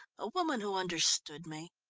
a woman who understood me.